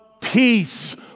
Peace